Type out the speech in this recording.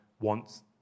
wants